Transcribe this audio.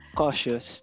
cautious